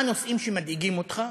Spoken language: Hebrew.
מה הנושאים שמדאיגים אותך?